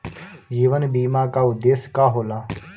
जीवन बीमा का उदेस्य का होला?